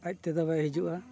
ᱟᱡ ᱛᱮᱫᱚ ᱵᱟᱭ ᱦᱤᱡᱩᱜᱼᱟ